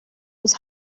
his